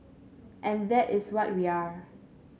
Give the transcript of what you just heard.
and that is what we are